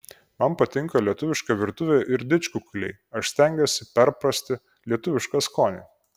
man patinka lietuviška virtuvė ir didžkukuliai aš stengiuosi perprasti lietuvišką skonį